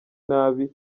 nabi